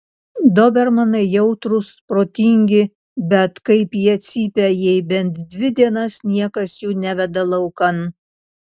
dobermanai jautrūs protingi bet kaip jie cypia jei bent dvi dienas niekas jų neveda laukan